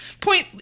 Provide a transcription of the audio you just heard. point